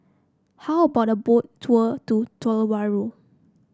how about a Boat Tour to Tuvalu